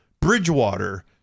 Bridgewater